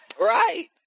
Right